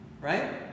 Right